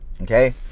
okay